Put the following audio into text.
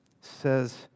says